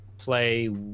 Play